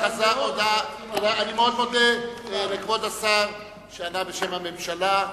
מאוד מודה לכבוד השר שענה בשם הממשלה.